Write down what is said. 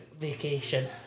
vacation